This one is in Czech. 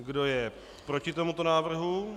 Kdo je proti tomuto návrhu?